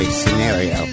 scenario